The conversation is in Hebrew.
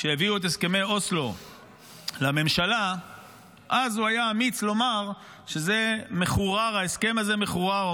כשהביאו את הסכמי אוסלו לממשלה אז הוא היה אמיץ לומר שההסכם הזה מחורר.